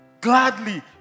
Gladly